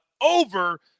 over